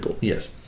yes